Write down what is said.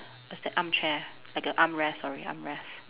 what's that armchair like a armrest sorry armrest